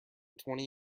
twenty